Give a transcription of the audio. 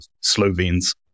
Slovenes